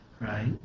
right